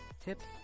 tips